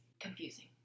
confusing